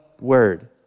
word